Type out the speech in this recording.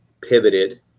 pivoted